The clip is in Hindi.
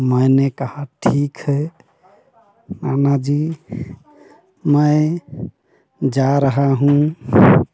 मैंने कहा ठीक है नानाजी मैं जा रहा हूँ